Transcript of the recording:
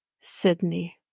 Sydney